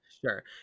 Sure